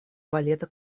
балета